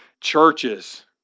churches